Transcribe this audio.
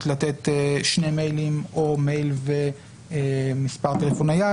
לתת שני מיילים או מייל ומספר טלפון נייד.